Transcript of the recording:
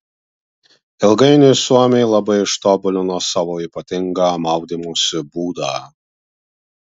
ilgainiui suomiai labai ištobulino savo ypatingą maudymosi būdą